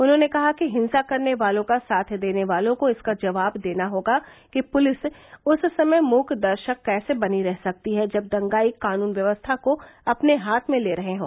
उन्होंने कहा कि हिंसा करने वालों का साथ देने वालों को इसका जवाब देना होगा कि पुलिस उस समय मूकदर्शक कैसे बनी रह सकती है जब दंगाई कानून व्यवस्था को अपने हाथ में ले रहे हों